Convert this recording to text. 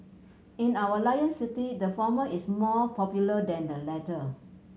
in our Lion City the former is more popular than the latter